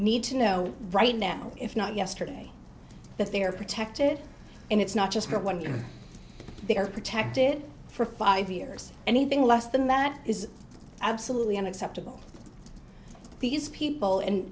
need to know right now if not yesterday that they are protected and it's not just for one year they are protected for five years anything less than that is absolutely unacceptable these people and